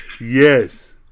Yes